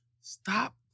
Stop